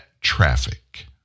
traffic